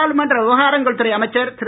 நாடாளுமன்ற விவகாரங்கள் துறை அமைச்சர் திரு